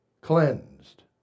Cleansed